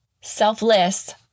selfless